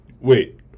Wait